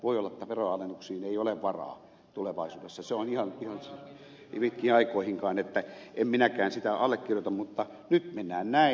voi olla että veronalennuksiin ei ole varaa tulevaisuudessa pitkiin aikoihinkaan että en minäkään sitä allekirjoita mutta nyt mennään näin